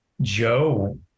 Joe